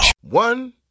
One